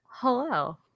Hello